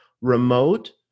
remote